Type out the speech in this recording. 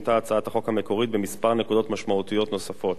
שונתה הצעת החוק המקורית בכמה נקודות משמעותיות נוספות.